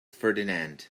ferdinand